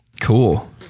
Cool